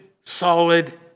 solid